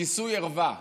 כיסוי ערווה.